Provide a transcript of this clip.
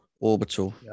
orbital